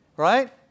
Right